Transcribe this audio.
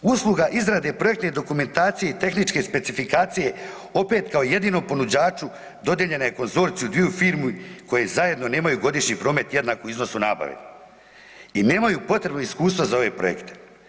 Usluga izrade projektne dokumentacije i tehničke specifikacije opet kao jedinom ponuđaču dodijeljena je konzorciju dviju firmi koje zajedno nemaju godišnji promet jednako iznosu nabave i nemaju potrebnog iskustva za ove projekte.